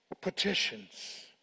petitions